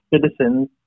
citizens